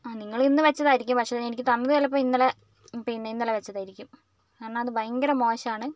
ആ നിങ്ങളിന്ന് വെച്ചതായിരിക്കും പക്ഷെ എനിക്ക് തന്നത് ചിലപ്പോൾ ഇന്നലെ പിന്നെ ഇന്നലെ വെച്ചതായിരിക്കും കാരണം അത് ഭയങ്കര മോശമാണ്